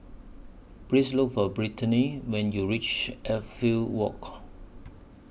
Please Look For Britany when YOU REACH Walk